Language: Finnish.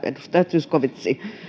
edustaja zyskowicz